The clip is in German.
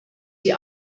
die